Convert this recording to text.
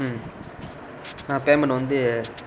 ம் ஆ பேமண்ட் வந்து